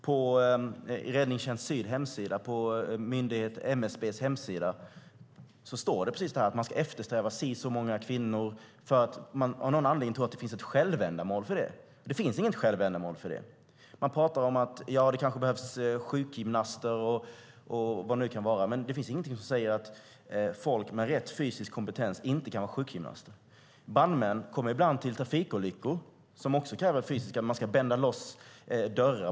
På Räddningstjänst Syds hemsida och på MSB:s hemsida står det precis det här, nämligen att man ska eftersträva si och så många kvinnor eftersom man av någon anledning tror att det finns ett självändamål i det. Men det finns det inte. Man pratar om att det kanske behövs sjukgymnaster och vad det nu kan vara, men det finns ingenting som säger att folk med rätt fysisk kompetens inte kan vara sjukgymnaster. Brandmän kommer ibland till trafikolyckor som också kräver det fysiska. Man ska bända loss dörrar.